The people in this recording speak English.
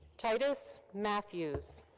titus matthews.